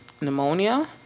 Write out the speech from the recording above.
pneumonia